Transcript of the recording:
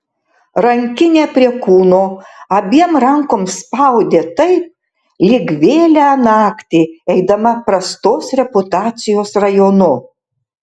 rankinę prie kūno abiem rankom spaudė taip lyg vėlią naktį eidama prastos reputacijos rajonu